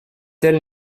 tel